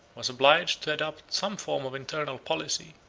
was obliged to adopt some form of internal policy,